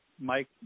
Mike